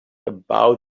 about